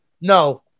No